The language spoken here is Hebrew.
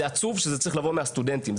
עצוב שזה צריך לבוא מצד הסטודנטים.